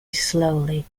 slowly